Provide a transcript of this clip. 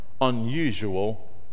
unusual